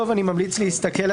כמובן, אני חושב שזה אחד הטעמים